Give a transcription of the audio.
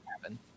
happen